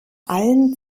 allen